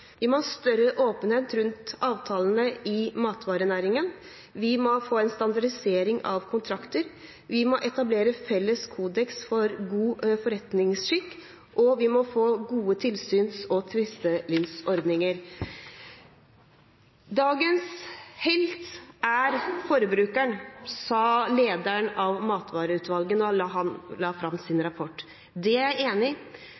Vi må ha større åpenhet rundt avtalene i matvarenæringen, vi må få en standardisering av kontrakter, vi må etablere felles kodeks for god forretningsskikk, og vi må få gode tilsyns- og tvisteløsningsordninger. «Dagens helt er forbrukeren», sa lederen av Matkjedeutvalget da han la fram sin rapport. Det er jeg enig